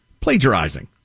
plagiarizing